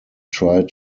tried